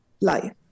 life